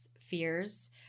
fears